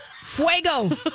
Fuego